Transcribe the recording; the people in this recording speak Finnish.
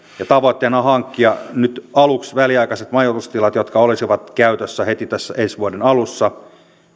ja tavoitteena on hankkia nyt aluksi väliaikaiset majoitustilat jotka olisivat käytössä heti tässä ensi vuoden alussa